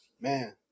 Man